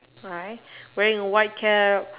right wearing white cap